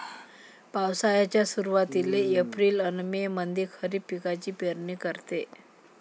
पावसाळ्याच्या सुरुवातीले एप्रिल अन मे मंधी खरीप पिकाची पेरनी करते